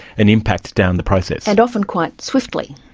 an impact down the process. and often quite swiftly,